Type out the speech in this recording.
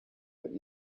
but